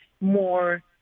more